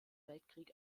weltkrieg